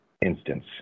instance